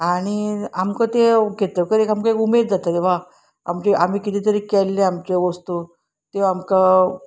आनी आमकां ते घेतकच आमकां एक उमेद जाताली वा आमची आमी किदें तरी केल्लें आमच्यो वस्तू त्यो आमकां